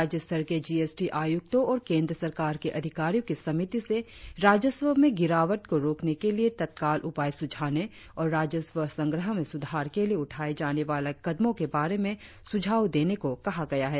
राज्य स्तर के जीएसटी आयुक्तों और केंद्र सरकार के अधिकारियों की समिति से राजस्व में गिरावट को रोकने के लिए तत्काल उपाय सुझाने और राजस्व संग्रह में सुधार के लिए उठाए जाने वाले कदमों के बारे में सुझाव देने को कहा गया है